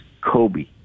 Kobe